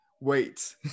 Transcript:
wait